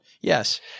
Yes